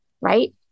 right